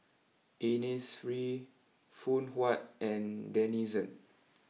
Innisfree Phoon Huat and Denizen